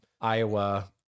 Iowa